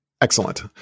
Excellent